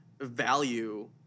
value